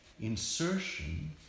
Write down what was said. insertion